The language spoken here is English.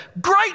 great